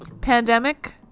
pandemic